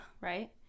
Right